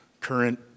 current